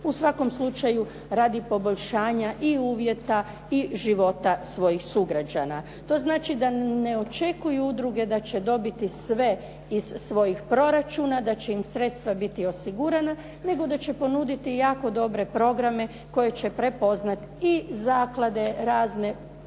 u svakom slučaju radi poboljšanja i uvjeta i života svojih sugrađana. To znači da ne očekuju udruge da će dobiti sve iz svojih proračuna, da će im sredstva biti osigurana, nego da će ponuditi jako dobre programe koje će prepoznati i zaklade razne, poglavito